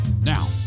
Now